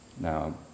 Now